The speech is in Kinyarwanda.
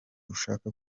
ushaka